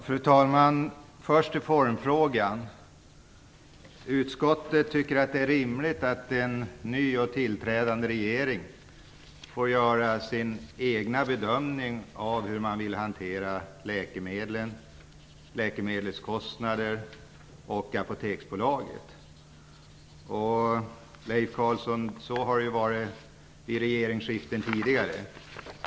Fru talman! Först till formfrågan. Utskottet tycker att det är rimligt att en nytillträdande regering får göra sin egen bedömning av hur man vill hantera frågor om läkemedel, läkemedelskostnader och Apoteksbolaget. Så har det varit vid regeringsskiften tidigare, Leif Carlson.